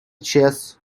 chess